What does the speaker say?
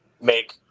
make